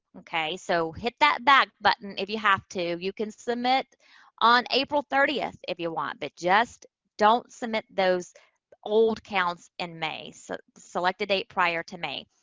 okay? so, hit that back button if you have to. you can submit on april thirtieth if you want. but just don't submit those old counts in may. so select a date prior to may.